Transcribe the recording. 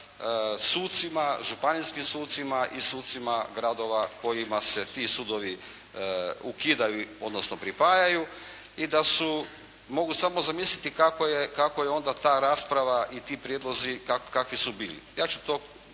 sucima, županijskim sucima i sucima gradovima kojima se ti sudovi ukidaju odnosno pripajaju i da su mogu samo zamisliti kako je onda ta rasprava i ti prijedlozi kakvi su bili. Ja ću to